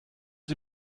sie